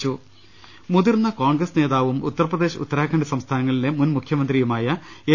രുട്ടിട്ട്ട്ട്ട്ട്ട മുതിർന്ന കോൺഗ്രസ് നേതാവും ഉത്തർപ്രദേശ് ഉത്തരാഖണ്ഡ് സംസ്ഥാനങ്ങളിലെ മുൻ മുഖ്യമന്ത്രിയുമായ എൻ